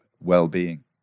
well-being